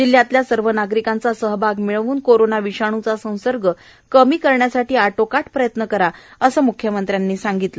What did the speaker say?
जिल्ह्यातल्या सर्व नागरिकांचा सहभाग मिळवून कोरोना विषाणूचा संसर्ग कमी करण्यासाठी आटोकाट प्रयत्न करा असं मुख्यमंत्र्यांनी सांगितलं